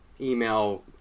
email